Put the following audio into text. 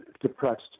depressed